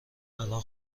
الان